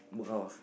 book house